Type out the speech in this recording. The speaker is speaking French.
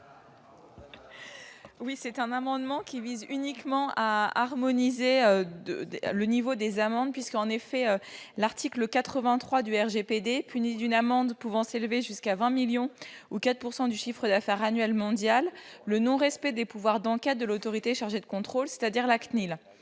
Cet amendement vise uniquement à harmoniser le niveau des amendes. L'article 83 du RGPD punit d'une amende pouvant s'élever jusqu'à 20 millions d'euros, ou 4 % du chiffre d'affaires annuel mondial, le non-respect des pouvoirs d'enquête de l'autorité de contrôle, c'est-à-dire de la CNIL.